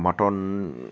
mutton